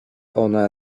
one